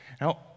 Now